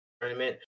tournament